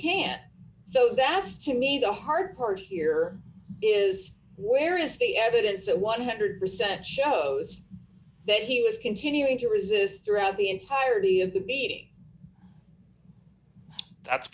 can't so that's to me the hard part here is where is the evidence one hundred percent shows that he was continuing to resist throughout the entirety of the meeting that's